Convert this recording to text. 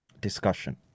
discussion